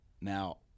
Now